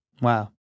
Wow